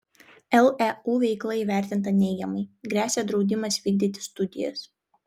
leu veikla įvertinta neigiamai gresia draudimas vykdyti studijas